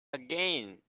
again